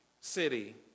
city